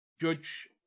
judge